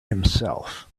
himself